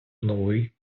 новий